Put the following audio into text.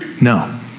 No